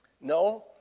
No